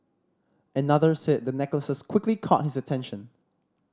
another said the necklaces quickly caught his attention